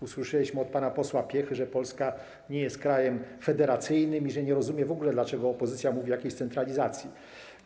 Usłyszeliśmy od pana posła Piechy, że Polska nie jest krajem federacyjnym i że nie rozumie w ogóle, dlaczego opozycja mówi o jakiejś centralizacji.